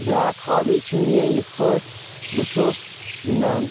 بیاکھ ہابی چھِ میٲنۍ یتھ پٲٹھۍ بہٕ چھُس گنٛدان